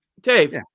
Dave